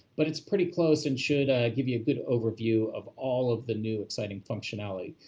but it's pretty close and should give you a good overview of all of the new exciting functionality.